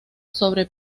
sobre